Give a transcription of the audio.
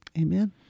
Amen